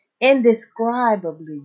indescribably